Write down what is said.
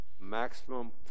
Maximum